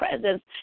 presence